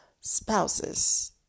spouses